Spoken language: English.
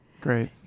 Great